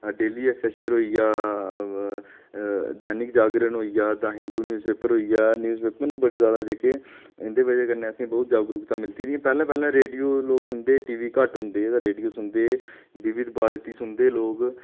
daily Excelsior होई गेआ दैनिक जागरण होइ गेआ हिंदू न्यूज़ पेपर होई गेआ न्यूज पेपर न बड़े जैदा जेह्के इं'दी बजह् कन्नै असें ई बहुत जागरूकता मिलदी ही पैह्लें पैह्लें रेडियो लोक सुनदे हे टीवी घट्ट होंदे हे तां रेडियो सुनदे हे विविध भारती सुनदे हे लोक